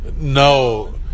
no